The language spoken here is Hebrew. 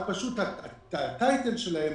התפקיד שלהם